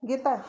Geetha